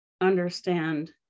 understand